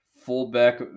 Fullback